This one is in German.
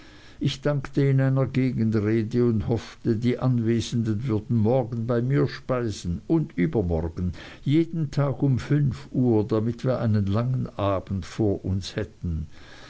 ich dankte in einer gegenrede und hoffte die anwesenden würden morgen bei mir speisen und übermorgen jeden tag um fünf uhr damit wir einen langen abend vor uns hätten